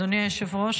אדוני היושב-ראש,